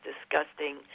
disgusting